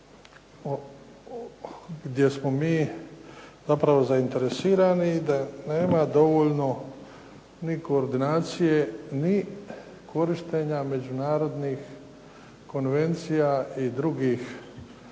gdje smo zapravo zainteresirani i da nema dovoljno ni koordinacije, ni korištenja međunarodnih konvencija i drugih